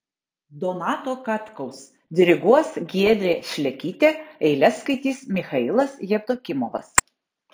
donato katkaus diriguos giedrė šlekytė eiles skaitys michailas jevdokimovas